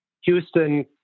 houston